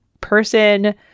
person